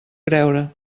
creure